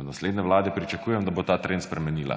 Od naslednje vlade pričakujem, da bo ta trend spremenila.